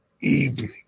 Evening